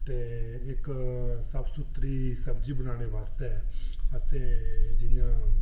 ते इक साफ सुथरी सब्जी बनाने आस्तै असें जि'यां